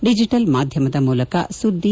digital ಮಾಧ್ವಮದ ಮೂಲಕ ಸುದ್ವಿ